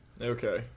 okay